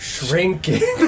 Shrinking